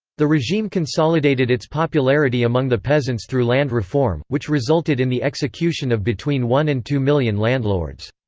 the regime consolidated its popularity among the peasants through land reform, which resulted in the execution of between one and two million landlords.